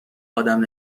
ادم